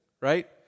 right